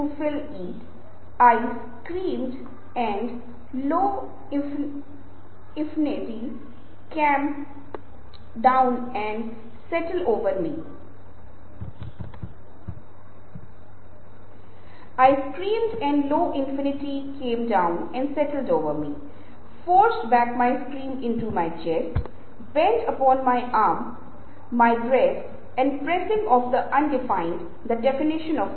तो ये ऐसे तरीके हैं जिनसे हम स्पीकर के बारे में पहचानने में सक्षम हैं लेकिन अगर हम इससे आगे जाते हैं तो हम पाएंगे की आप बहुत सी अन्य चीजों के साथ साथ भावनाओं को पहचानने में सक्षम हैं हम कैसे पहचानते हैं कि यह क्रोध भय उदासी खुशी की ध्वनी है